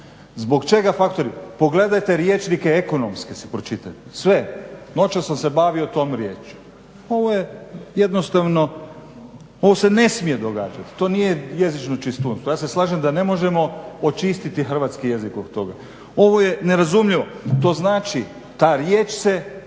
Zbog čega factoring? Pogledajte rječnike ekonomske si pročitajte, sve. Noćas sam se bavio tom riječju. Ovo je jednostavno, ovo se ne smije događati, to nije jezično čistunstvo. Ja se slažem da ne možemo očistiti hrvatski jezik od toga, ovo je nerazumljivo, to znači, ta riječ se